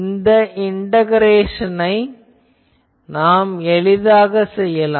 இந்த இன்டகரேஷனை எளிதாகச் செய்யலாம்